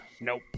Nope